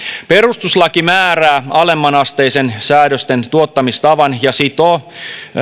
perustuslaki määrää alemmanasteisten säädösten tuottamistavan ja sitoo